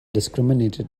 discriminated